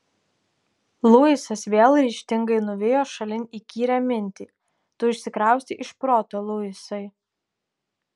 luisas vėl ryžtingai nuvijo šalin įkyrią mintį tu išsikraustei iš proto luisai